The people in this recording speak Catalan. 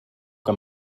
que